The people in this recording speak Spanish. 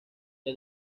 que